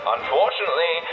Unfortunately